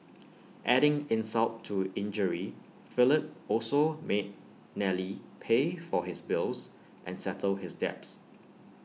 adding insult to injury Philip also made Nellie pay for his bills and settle his debts